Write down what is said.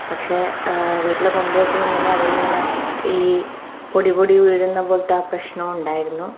പക്ഷെ വീട്ടിൽ കൊണ്ടു വെക്കുമ്പം തന്നെ അതിലിങ്ങനെ ഈ പൊടി പൊടി വീഴുന്ന പോലത്തെ ആ പ്രശ്നം ഉണ്ടായിരുന്നു